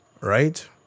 right